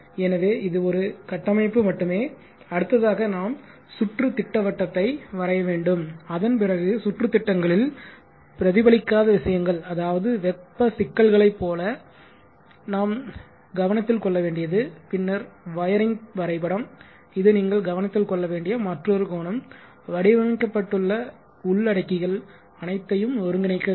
எனவே இது ஒரு கட்டமைப்பு மட்டுமே அடுத்ததாக நாம் சுற்று திட்டவட்டத்தை வரைய வேண்டும் அதன் பிறகு சுற்று திட்டங்களில் பிரதிபலிக்காத விஷயங்கள் அதாவது வெப்ப சிக்கல்களைப் போல இது நாம் கவனத்தில் கொள்ளவேண்டியது பின்னர் வயரிங் வரைபடம் இது நீங்கள் கவனத்தில் கொள்ளவேண்டிய மற்றொரு கோணம் வடிவமைக்கப்பட்டுள்ள உள்ளடக்கிகள் அனைத்தையும் ஒருங்கிணைக்க வேண்டும்